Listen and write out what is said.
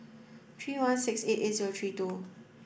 three one six eight eight zero three two